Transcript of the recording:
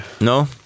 No